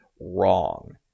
wrong